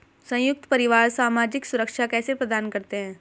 संयुक्त परिवार सामाजिक सुरक्षा कैसे प्रदान करते हैं?